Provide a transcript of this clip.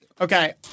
Okay